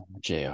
JR